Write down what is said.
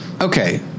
Okay